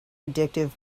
addictive